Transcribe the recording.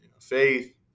faith